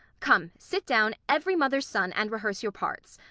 come, sit down, every mother's son, and rehearse your parts.